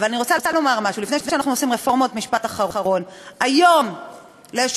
אבל אני רוצה לומר משהו: לפני שאנחנו עושים רפורמות,